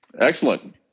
Excellent